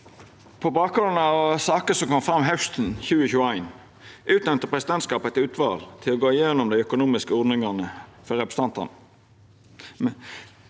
På bakgrunn av saker som kom fram hausten 2021, utnemnde presidentskapet eit utval til å gå gjennom dei økonomiske ordningane for representantane,